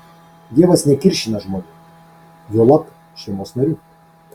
dievas nekiršina žmonių juolab šeimos narių